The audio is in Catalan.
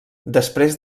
després